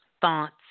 thoughts